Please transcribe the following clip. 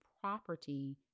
property